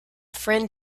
friend